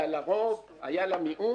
היה לה רוב, היה לה מיעוט,